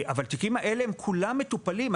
אבל התיקים האלה, כולם מטופלים.